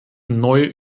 neue